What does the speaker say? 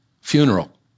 funeral